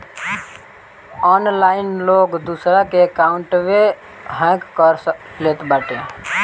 online लोग दूसरा के अकाउंटवे हैक कर लेत बाटे